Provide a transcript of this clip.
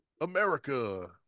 America